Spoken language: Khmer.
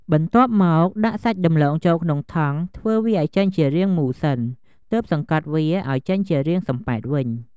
បន្ទាប់មកដាក់សាច់ដំឡូងចូលក្នុងថង់ ធ្វើវាឲ្យចេញជារាងមូលសិន ទើបសង្កត់វាឲ្យចេញជារាងសំប៉ែតវិញ។